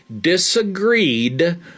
disagreed